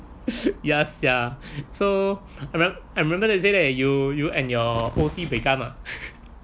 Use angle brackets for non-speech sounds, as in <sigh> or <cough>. ya sia <laughs> so I re~ I remember you say that uh you you and your O_C buay kam uh <laughs>